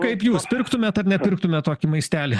kaip jūs pirktumėt ar nepirktumėm tokį maistelį